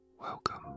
Welcome